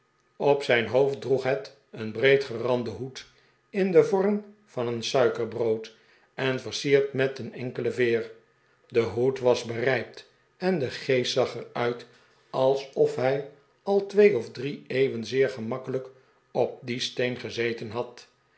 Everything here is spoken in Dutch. op zijn hoofd droeg het een breedgeranden hoed in den vorm van een suikerbrood en versierd met een enkele veer de hoed was berijpt en de geest zag er uit alsof hij al twee of drie eeuwen zeer gemakkelijk op dien steen gezeten had